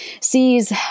sees